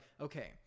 okay